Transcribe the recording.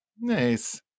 nice